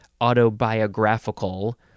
autobiographical